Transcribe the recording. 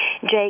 Jake